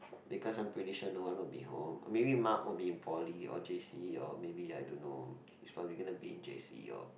because I'm pretty sure no one will be home or maybe Mark will be in Poly or J_C or maybe I don't know he's probably gonna be in J_C or